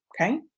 okay